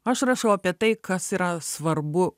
aš rašau apie tai kas yra svarbu